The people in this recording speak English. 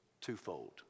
twofold